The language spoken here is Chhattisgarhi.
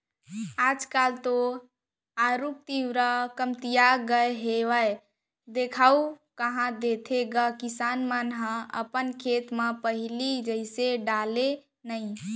आज काल तो आरूग तिंवरा कमतिया गय हावय देखाउ कहॉं देथे गा किसान मन ह अपन खेत म पहिली जइसे डाले नइ